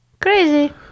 crazy